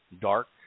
dark